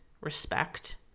respect